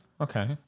Okay